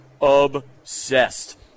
obsessed